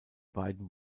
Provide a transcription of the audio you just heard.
beiden